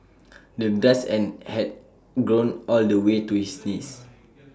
the grass and had grown all the way to his knees